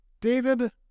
David